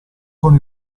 con